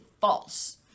false